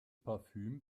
parfüm